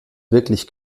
wirklich